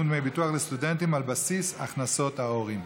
משני הורים),